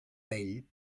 pell